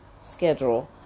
schedule